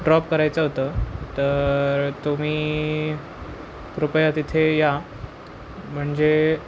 drop करायचं होतं तर तुम्ही कृपया तिथे या म्हणजे